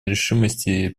решимости